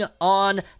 on